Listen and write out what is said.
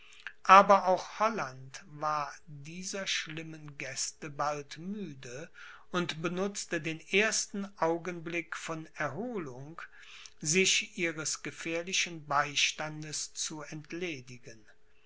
aber auch holland war dieser schlimmen gäste bald müde und benutzte den ersten augenblick von erholung sich ihres gefährlichen beistandes zu entledigen